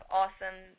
awesome